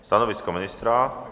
Stanovisko ministra?